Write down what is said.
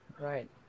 Right